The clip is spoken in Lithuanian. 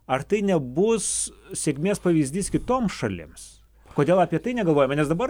ar tai nebus sėkmės pavyzdys kitoms šalims kodėl apie tai negalvojama nes dabar